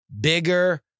bigger